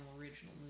original